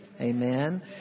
Amen